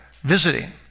visiting